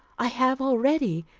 i have already,